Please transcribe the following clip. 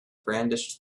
brandished